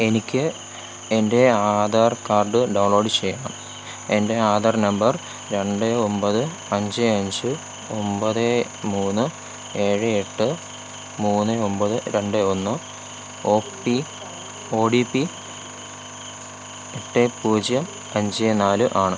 എനിക്ക് എൻ്റെ Aadhaar card download ചെയ്യണം എൻ്റെ ആധാർ നമ്പർ രണ്ട് ഒൻപത് അഞ്ച് അഞ്ച് ഒൻപത് മൂന്ന് ഏഴ് എട്ട് മൂന്ന് ഒൻപത് രണ്ട് ഒന്ന് O P O T P എട്ട് പൂജ്യം അഞ്ച് നാല് ആണ്